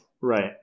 Right